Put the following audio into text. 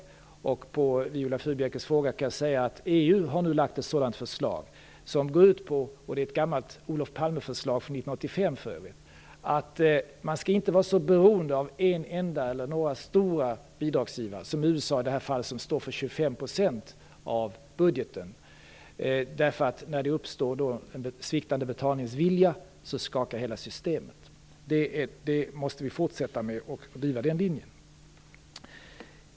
Med anledning av Viola Furubjelkes fråga kan jag säga att EU nu har lagt ett förslag - för övrigt ett gammalt Palmeförslag från 1985 - om att man inte bör vara så beroende av en enda eller några stora bidragsgivare, som i det här fallet USA som står för 25 % av budgeten. När det uppstår en sviktande betalningsvilja skakar då hela systemet. Vi måste fortsätta driva den linjen.